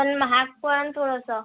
पण महाग पडेल थोडंसं